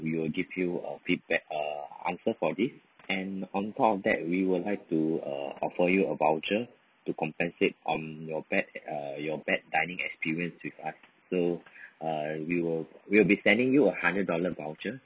we will give you a feedback uh answer for this and on top of that we would like to uh offer you a voucher to compensate on your bad uh your bad dining experience with us so uh we will we'll be sending you a hundred dollar voucher